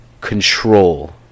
control